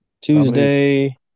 Tuesday